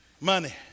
Money